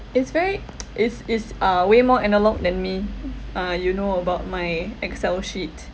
it's very it's it's uh way more analog than me uh you know about my excel sheet